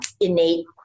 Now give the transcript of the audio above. innate